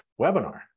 webinar